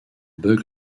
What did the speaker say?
bug